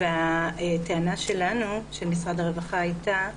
הטענה של משרד הרווחה הייתה,